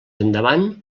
endavant